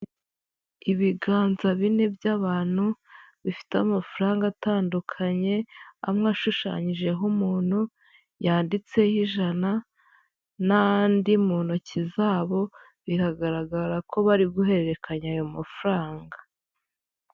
Ibiganza bine by'abantu bifite amafaranga atandukanye, amwe ashushanyijeho umuntu yanditseho ijana n'andi mu ntoki zabo, biragaragara ko bari guhererekanya ayo mafaranga.